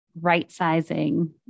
right-sizing